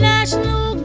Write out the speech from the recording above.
National